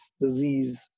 disease